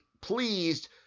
pleased